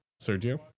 Sergio